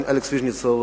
אלכס ויז'ניצר,